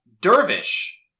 Dervish